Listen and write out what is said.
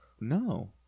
No